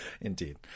Indeed